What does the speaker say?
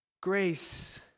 grace